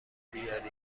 بیارین